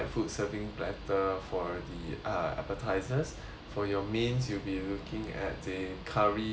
platter for the uh appetisers for your main you'll be looking at the curry uh